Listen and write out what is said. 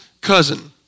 cousin